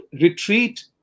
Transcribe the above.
retreat